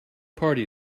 party